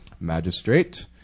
magistrate